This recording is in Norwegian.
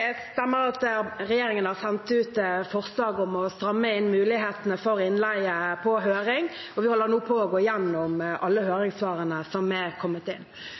stemmer at regjeringen har sendt ut på høring forslag om å stramme inn mulighetene for innleie, og vi holder nå på å gå gjennom alle høringssvarene som er kommet inn.